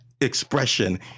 expression